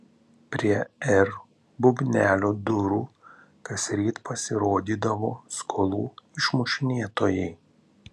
prie r bubnelio durų kasryt pasirodydavo skolų išmušinėtojai